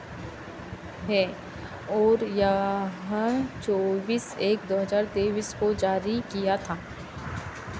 है और यह चौबीस एक दो हज़ार तेईस को जारी किया था